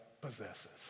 possesses